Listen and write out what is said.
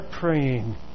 praying